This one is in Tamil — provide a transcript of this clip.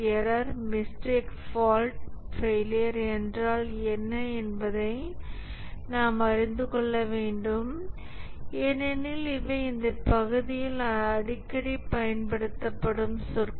எரர் மிஸ்டேக் ஃபால்ட் ஃபெயிலியர் என்றால் என்ன என்பதை நாம் அறிந்து கொள்ள வேண்டும் ஏனெனில் இவை இந்த பகுதியில் அடிக்கடி பயன்படுத்தப்படும் சொற்கள்